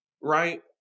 Right